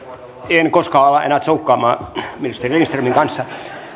en koskaan ala enää tsoukkaamaan ministeri lindströmin kanssa